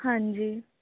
ਹਾਂਜੀ